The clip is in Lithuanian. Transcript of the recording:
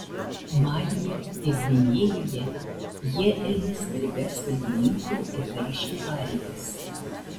malyje ir gvinėjoje jie eina svarbias valdininkų ir kariškių pareigas